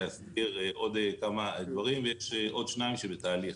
ולהסדיר עוד כמה דברים ויש עוד שניים שהם בתהליך.